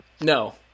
No